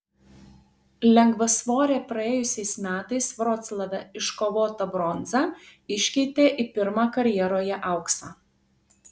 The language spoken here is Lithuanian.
lengvasvorė praėjusiais metais vroclave iškovotą bronzą iškeitė į pirmą karjeroje auksą